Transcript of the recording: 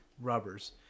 rubbers